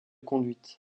conduite